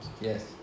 Yes